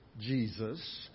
Jesus